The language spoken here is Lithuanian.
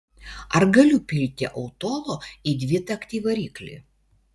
ar galiu pilti autolo į dvitaktį variklį